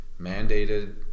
mandated